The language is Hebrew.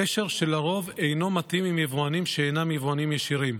קשר שלרוב אינו מתאים עם יבואנים שאינם יבואנים ישירים.